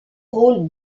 rôle